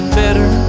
better